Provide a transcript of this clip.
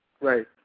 Right